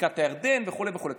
בבקעת הירדן וכדומה.